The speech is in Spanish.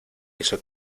hizo